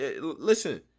Listen